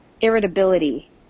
irritability